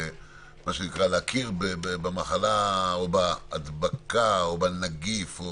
להכיר במחלה או בהדבקה או בנגיף,